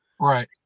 right